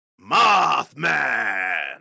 Mothman